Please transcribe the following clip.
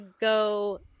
go